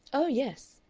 oh yes,